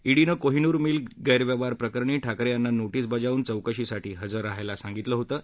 ईडीनं कोहीनूर मिल गैरव्यवहार प्रकरणी ठाकरे यांना नोटीस बजावून चौकशीसाठी हजर राहण्यास सांगितलं होतं